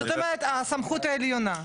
זאת אומרת הסמכות העליונה?